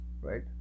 right